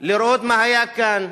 לראות מה היה כאן,